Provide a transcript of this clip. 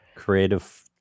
creative